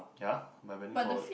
ya by bending forward